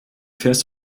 fährst